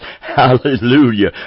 Hallelujah